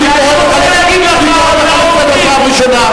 אני קורא אותך לסדר פעם ראשונה.